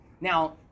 now